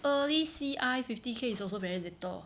early C_I fifty K is also very little